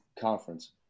conference